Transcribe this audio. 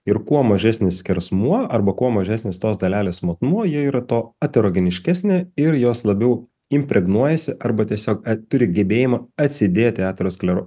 ir kuo mažesnis skersmuo arba kuo mažesnis tos dalelės matmuo jie yra to ateroginiškesnė ir jos labiau impregnuojasi arba tiesiog turi gebėjimą atsidėti aterosklero